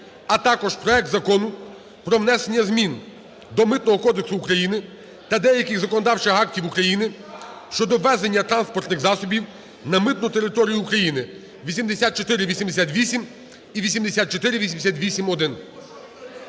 а також проект Закону про внесення змін до Митного кодексу України та деяких законодавчих актів України щодо ввезення транспортних засобів на митну територію України (8488 і 8488-1).